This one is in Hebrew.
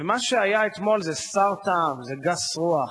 ומה שהיה אתמול זה סר טעם, זה גס רוח,